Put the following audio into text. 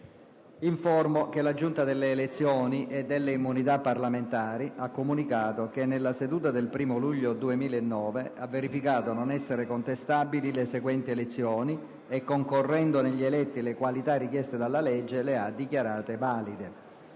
Informo che la Giunta delle elezioni e delle immunità parlamentari ha comunicato che, nella seduta del 1° luglio 2009, ha verificato non essere contestabili le seguenti elezioni e, concorrendo negli eletti le qualità richieste dalla legge, le ha dichiarate valide: